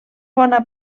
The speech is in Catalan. bona